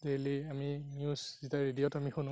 daily আমি news যেতিয়া ৰেডিঅ'ত আমি শুনো